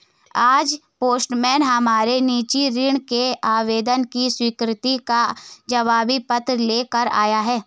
आज पोस्टमैन हमारे निजी ऋण के आवेदन की स्वीकृति का जवाबी पत्र ले कर आया